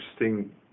interesting